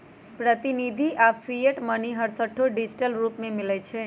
प्रतिनिधि आऽ fiat money हरसठ्ठो डिजिटल रूप में मिलइ छै